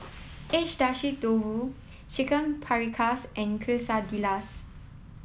Agedashi Dofu Chicken Paprikas and Quesadillas